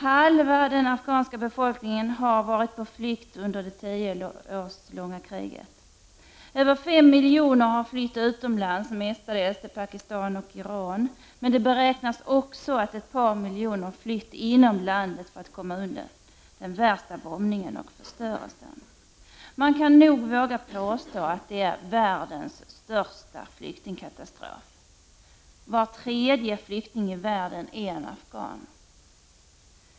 Halva den afghanska befolkningen har varit på flykt under det tio år långa kriget. Över fem miljoner har flytt utomlands, mestadels till Pakistan och Iran, men det beräknas också att ett par miljoner flytt inom landet för att komma undan den värsta bombningen och förstörelsen. Man kan nog våga påstå att det är världens största flyktingkatastrof. Var tredje flykting i världen är en afghan.